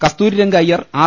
Kasturiranga Iyer R